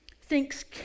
thinks